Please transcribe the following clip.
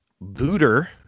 Booter